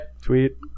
tweet